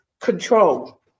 control